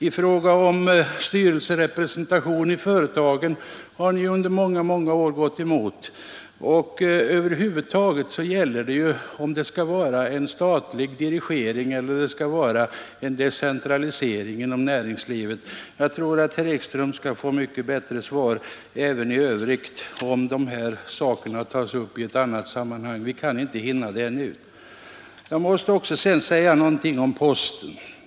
I fråga om styrelserepresentation i företagen har ni under många år gått emot våra förslag. Över huvud taget gäller det ju om det skall vara en statlig dirigering eller en decentralisering inom näringslivet. Jag tror att herr Ekström kommer att få mycket bättre svar även i övrigt om de här sakerna tas upp i ett annat sammanhang. Vi kan inte hinna gå in på dem nu. Jag måste också säga några ord om postverket.